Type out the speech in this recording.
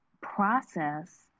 process